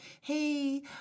Hey